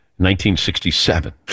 1967